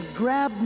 grab